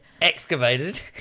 excavated